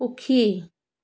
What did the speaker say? সুখী